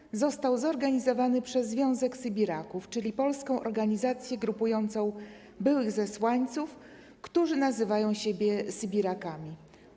Obchody zostały zorganizowane przez Związek Sybiraków, czyli polską organizację grupującą byłych zesłańców, którzy nazywają siebie sybirakami.